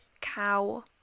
cow